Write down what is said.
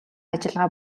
ажиллагаа